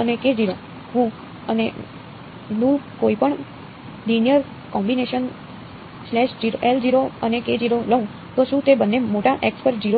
અને જો હું અને નું કોઈપણ લિનિયર કોમ્બિનેશન અને લઉં તો શું તે બંને મોટા x પર 0 પર જશે